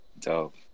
Dope